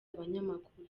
abanyamakuru